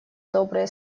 добрые